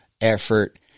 effort